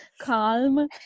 calm